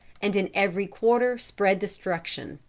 and in every quarter spread destruction.